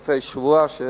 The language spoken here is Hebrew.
ובסופי שבוע,